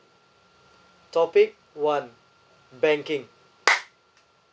topic one banking